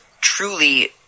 truly